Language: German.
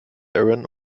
aaron